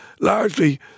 largely